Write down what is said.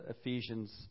Ephesians